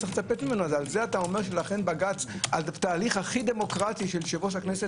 על זה אתה אומר שהתהליך הכי דמוקרטי של יושב-ראש הכנסת